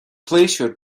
pléisiúr